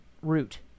root